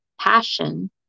passion